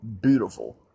beautiful